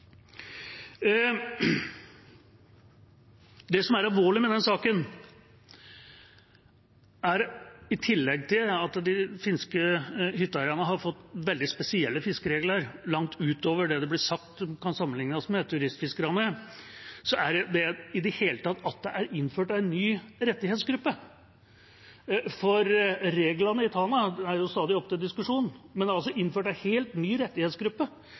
Det som er alvorlig med denne saken, i tillegg til at de finske hytteeierne har fått veldig spesielle fiskeregler langt utover det det ble sagt de kan sammenlignes med – turistfiskerne – er at det i det hele tatt er innført en ny rettighetsgruppe. Reglene i Tana er stadig oppe til diskusjon, men det er altså innført en helt ny rettighetsgruppe